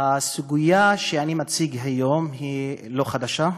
הסוגיה שאני מציג היום היא לא חדשה.